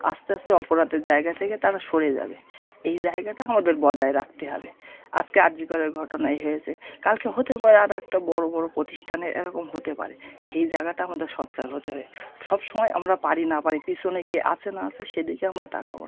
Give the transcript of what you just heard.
আস্তে আস্তে অপরাধের জায়গা থেকে তারা সরে যাবে এই জায়গাটা আমাদের বজায় রাকতে হবে আজকে আরজি করের ঘটনা এই হয়েছে কালকে হতে পারে আর একটা বড়ো বড়ো প্রতিষ্ঠানের এরকম হতে পারে সেই জায়গাটা আমাদের সোচ্চার হতে হবে সব সময় আমরা পারি না পারি পিছনে কে আছে না আছে সেদিকে আমরা তাকাবো না